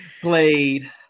Played